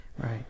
Right